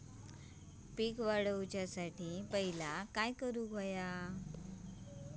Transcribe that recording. पीक वाढवुसाठी पहिला काय करूक हव्या?